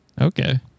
Okay